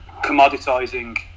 commoditizing